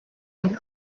and